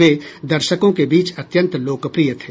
वे दर्शकों के बीच अत्यंत लोकप्रिय थे